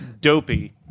Dopey